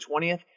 20th